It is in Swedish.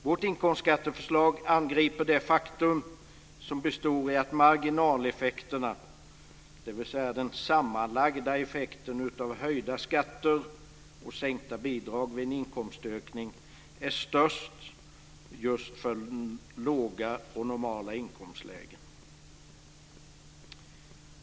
Vårt inkomstskatteförslag angriper det faktum som består i att marginaleffekterna, dvs. den sammanlagda effekten av höjda skatter och sänkta bidrag vid en inkomstökning, är störst just i låga och normala inkomstlägen.